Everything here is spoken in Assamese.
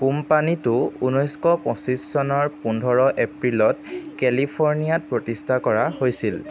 কোম্পানীটো ঊনৈছশ পঁচিছ চনৰ পোন্ধৰ এপ্ৰিলত কেলিফৰ্ণিয়াত প্ৰতিষ্ঠা কৰা হৈছিল